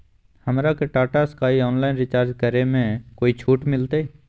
हमरा के Tata sky online recharge करे में कोई छूट मिलतई